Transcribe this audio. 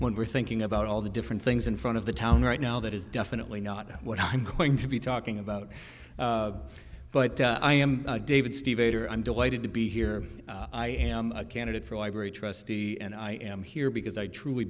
when we're thinking about all the different things in front of the town right now that is definitely not what i'm going to be talking about but i am david steve atr i'm delighted to be here i am a candidate for a library trustee and i am here because i truly